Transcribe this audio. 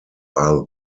are